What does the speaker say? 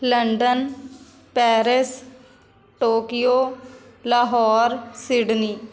London Paris Tokyo Lahore Sydney